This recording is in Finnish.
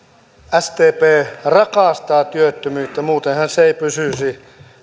sdp rakastaa työttömyyttä muutenhan se ei pysyisi